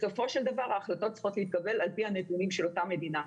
בסופו של דבר ההחלטות צריכות להתקבל על פי הנתונים של אותה מדינה.